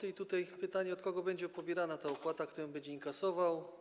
I tutaj jest pytanie, od kogo będzie pobierana ta opłata, kto ją będzie inkasował.